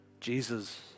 Jesus